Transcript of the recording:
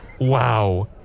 wow